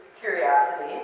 curiosity